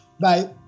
Bye